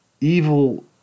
evil